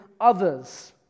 others